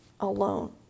alone